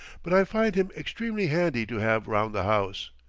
but i find him extremely handy to have round the house.